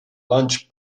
lunch